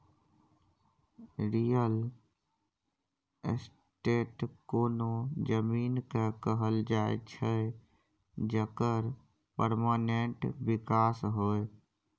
real estate कोनो जमीन केँ कहल जाइ छै जकर परमानेंट बिकास होइ